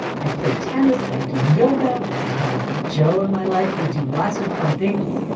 i play tennis, i do yoga. i have joe in my life, we do lots of fun things.